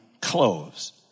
clothes